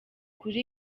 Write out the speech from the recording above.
kuri